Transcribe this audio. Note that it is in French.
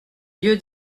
lieu